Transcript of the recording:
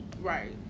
Right